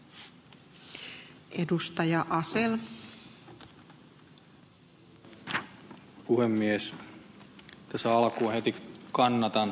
tässä alkuun heti kannatan ed